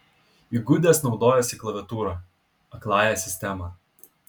įgudęs naudojasi klaviatūra akląja sistema